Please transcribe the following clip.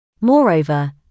Moreover